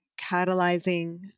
catalyzing